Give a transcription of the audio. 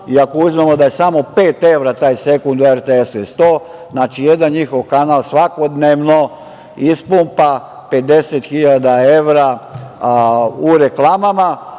ako uzmemo da je samo pet evra taj sekundu, na RTS je 100, jedan njihov kanal svakodnevno ispumpa 50.000 evra u reklamama